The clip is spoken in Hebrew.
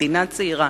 מדינה צעירה,